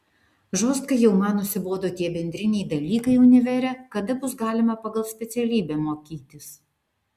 žostkai jau man nusibodo tie bendriniai dalykai univere kada bus galima pagal specialybę mokytis